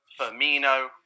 Firmino